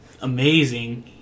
amazing